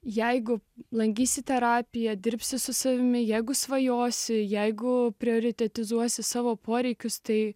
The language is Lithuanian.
jeigu lankysi terapija dirbsi su savimi jeigu svajosi jeigu prioritetus duosi savo poreikius tai